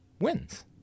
wins